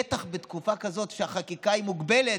בטח בתקופה כזאת, כשהחקיקה היא מוגבלת.